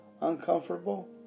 uncomfortable